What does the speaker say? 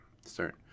start